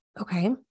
okay